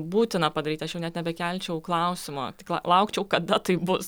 būtina padaryti aš jau net nebekelčiau klausimo tik laukčiau kada tai bus